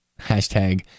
Hashtag